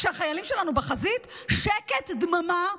כשהחיילים שלנו בחזית, שקט דממה